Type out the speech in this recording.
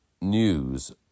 news